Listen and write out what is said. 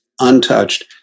untouched